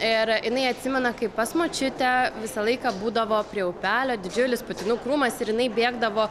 ir jinai atsimena kai pas močiutę visą laiką būdavo prie upelio didžiulis putinų krūmas ir jinai bėgdavo